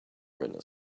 retina